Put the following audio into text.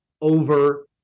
over